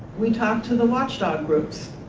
we talked to the watchdog groups.